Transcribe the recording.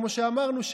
כמו שאמרנו,